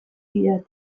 didate